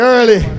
Early